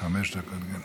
חמש דקות.